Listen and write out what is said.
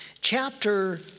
chapter